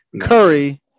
Curry